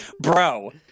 bro